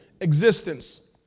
existence